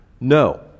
No